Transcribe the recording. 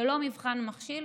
זה לא מבחן מכשיל,